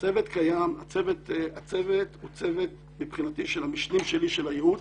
הצוות הוא צוות של המשנים שלי של הייעוץ,